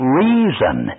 reason